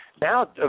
now